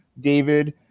David